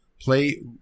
Play